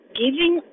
giving